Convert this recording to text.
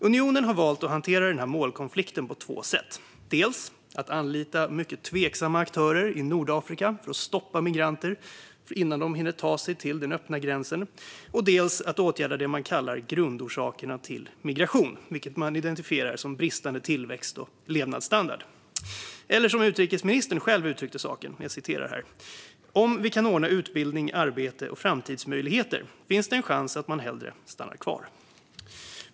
Unionen har valt att hantera den här målkonflikten på två sätt: dels att anlita mycket tveksamma aktörer i Nordafrika för att stoppa migranter innan de hinner ta sig till den öppna gränsen, dels att åtgärda det man kallar grundorsakerna till migration, vilket man definierar som bristande tillväxt och levnadsstandard. Eller som utrikesministern själv uttryckte saken: "Om vi kan ordna utbildning, arbete och framtidsmöjligheter finns det en chans att man hellre vill stanna kvar."